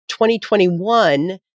2021